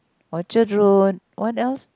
Orchard-Road one what else